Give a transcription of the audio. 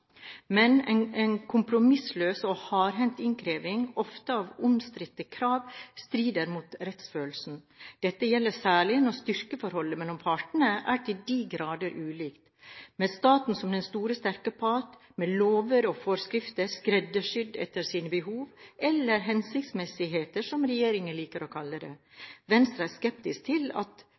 Men en kompromissløs og hardhendt innkreving, ofte av omstridte krav, strider mot rettsfølelsen. Dette gjelder særlig når styrkeforholdet mellom partene er til de grader ulikt, med staten som den store, sterke part, med lover og forskrifter skreddersydd etter sine behov – eller hensiktsmessighet, som regjeringen liker å kalle det. Venstre er skeptisk til at